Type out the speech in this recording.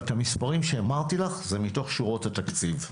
אבל המספרים שאמרתי לך הם מתוך שורות התקציב.